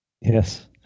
Yes